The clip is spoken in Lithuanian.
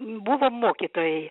buvom mokytojai